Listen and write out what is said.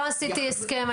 לא עשיתי הסכם.